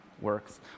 works